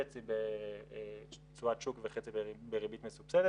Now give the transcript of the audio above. חצי בתשואת שוק וחצי בריבית מסובסדת